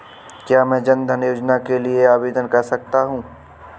क्या मैं जन धन योजना के लिए आवेदन कर सकता हूँ?